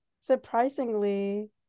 surprisingly